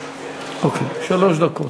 אוקיי, שלוש דקות.